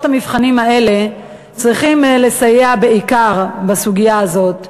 המבחנים האלה צריכות לסייע בעיקר בסוגיה הזאת.